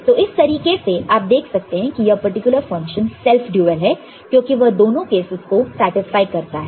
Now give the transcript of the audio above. तो इस तरीके से आप देख सकते हैं कि यह पर्टिकुलर फंक्शन सेल्फ ड्युअल है क्योंकि वह दोनों केसस को सेटिस्फाई करता है